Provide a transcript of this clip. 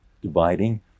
dividing